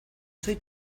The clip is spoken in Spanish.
soy